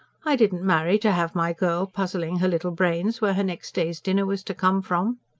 i didn't marry to have my girl puzzling her little brains where her next day's dinner was to come from.